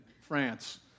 France